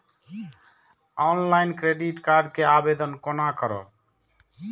Online credit card के आवेदन कोना करब?